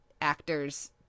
actors